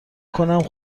کنم